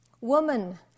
woman